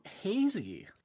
hazy